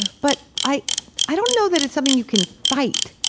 but i i don't know that it's something you can fight,